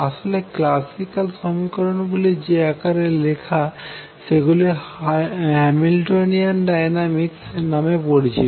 আসলে ক্ল্যাসিক্যাল সমীকরণ গুলি যে আকারে লেখা সেগুলি হ্যামিল্টোনিয়ান ডাইনামিকস নামে পরিচিত